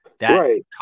right